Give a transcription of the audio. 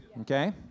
Okay